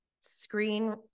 screen